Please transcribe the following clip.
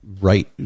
right